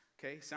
okay